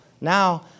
Now